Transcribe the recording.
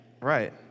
Right